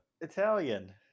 italian